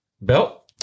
belt